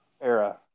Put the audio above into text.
era